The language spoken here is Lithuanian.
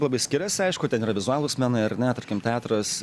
labai skiriasi aišku ten yra vizualūs menai ar ne tarkim teatras